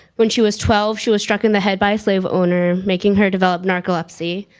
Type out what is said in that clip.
when she was twelve, she was struck in the head by a slave owner making her develop narcolepsy,